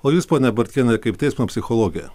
o jūs ponia bartkiene kaip teismo psichologė